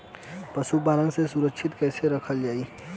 पशुपालन के सुरक्षित कैसे रखल जाई?